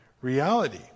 reality